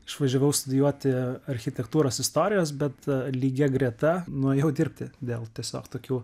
išvažiavau studijuoti architektūros istorijos bet lygia greta nuėjau dirbti dėl tiesiog tokių